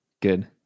Good